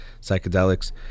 psychedelics